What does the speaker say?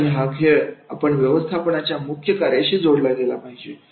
जो काही खेळ आहे तो व्यवस्थापनाच्या मुख्य कार्याशी जोडले गेले पाहिजेत